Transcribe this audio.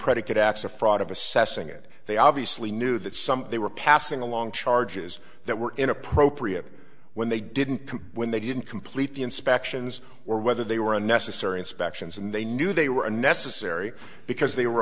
of fraud of assessing it they obviously knew that some they were passing along charges that were inappropriate when they didn't when they didn't complete the inspections or whether they were unnecessary inspections and they knew they were necessary because they were